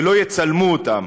שלא יצלמו אותם.